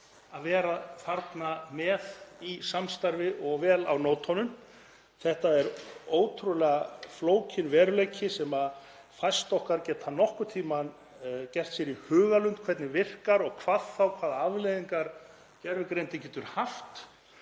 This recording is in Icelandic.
að vera þarna með í samstarfi og vel með á nótunum. Þetta er ótrúlega flókinn veruleiki sem fæst okkar geta nokkurn tímann gert sér í hugarlund hvernig virkar og hvað þá hvaða afleiðingar gervigreindin getur haft.